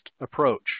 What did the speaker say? approach